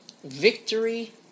Victory